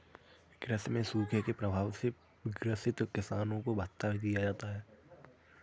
कृषि में सूखे के प्रभाव से ग्रसित किसानों को भत्ता दिया जाता है